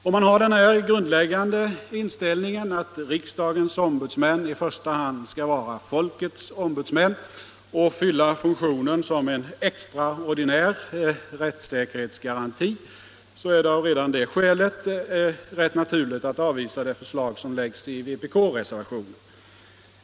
Om man har den grundläggande inställningen att riksdagens ombudsmän i första hand skall vara folkets ombudsmän och fylla funktionen som en extraordinär rättssäkerhetsgaranti är det redan av det skälet naturligt att avvisa det förslag som läggs i vpk-reservationen.